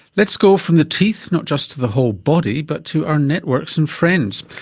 let's go from the teeth not just to the whole body but to our networks and friends.